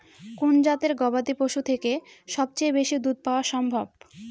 কোন জাতের গবাদী পশু থেকে সবচেয়ে বেশি দুধ পাওয়া সম্ভব?